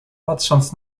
patrząc